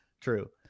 true